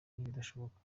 n’ibidashoboka